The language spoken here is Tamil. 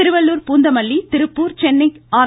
திருவள்ளூர் பூந்தமல்லி திருப்பூர் சென்னை ஆர்